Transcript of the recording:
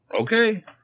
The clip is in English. okay